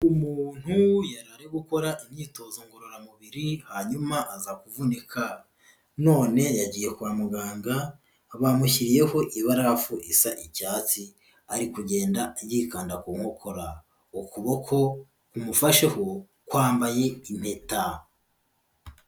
Umuntu yara ari gukora imyitozo ngororamubiri hanyuma aza kuvunika, none yagiye kwa muganga bamushyiriyeho ibarafu isa icyatsi, ari kugenda yikanda ku nkokora, ukuboko kumufasheho kwambaye impeta.